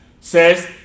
says